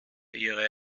ihre